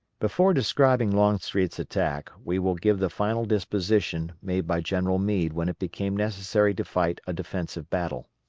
before describing longstreet's attack we will give the final disposition made by general meade when it became necessary to fight a defensive battle.